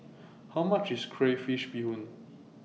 How much IS Crayfish Beehoon